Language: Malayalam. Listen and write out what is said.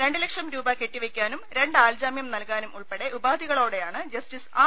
രണ്ട് ലക്ഷം രൂപ കെട്ടിവെയ്ക്കാനും രണ്ട് ആൾജാമ്യം നൽകാനും ഉൾപ്പെടെ ഉപാധികളോടെയാണ് ജസ്റ്റിസ് ആർ